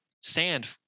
sand